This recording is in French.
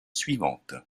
suivantes